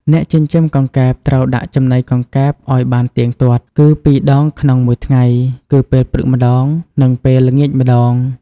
អ្នកចិញ្ចឹមកង្កែបត្រូវដាក់ចំណីកង្កែបឲ្យបានទៀងទាត់ គឺពីរដងក្នុងមួយថ្ងៃ គឺពេលព្រឹកម្ដង និងពេលល្ងាចម្ដង។